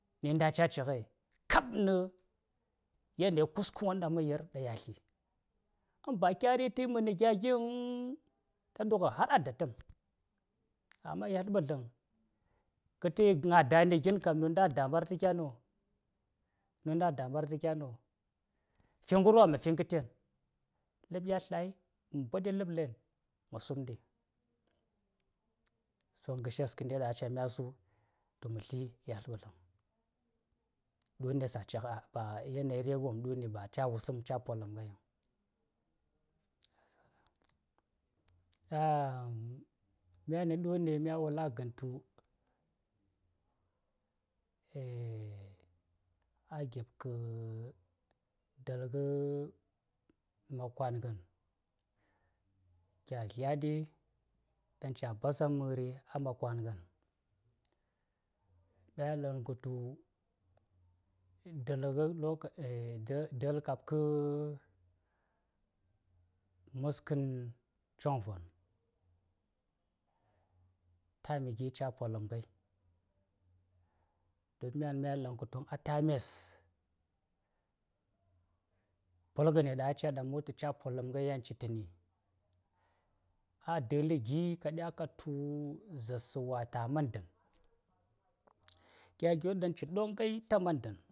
﻿Ni nda a cha chighai kaab ni yanay kuuskin worn dang mh yir da yalthi, in ba kya ri th mhini gyaghi vun, ta dughi har a da thmi har amma yalth bilthing kh tai, nga dani gin nynda daman kyano? Ny’anda alamar the kyano? Fi nghrwa mh tin gin nghtan. Lhb ya lthal mh bodi a lhb la’an mh sum dim, so nghrshash dang acha mya mi lithi yalth bilthing.bodi saci gha ngade vhacha var blundi saci gha bokam gha watar ganto e gheko lukwa niyan ta gyagi tacha basam hamma kam gadtu dela ko maskan chavon tano gi chabo hadta mes cini hadde ligazaso wato manda daso wanan tamba tanm, koma dallai gi koya kya garshi kaga varti ato vasta cimar gyagan tan vici ato vesta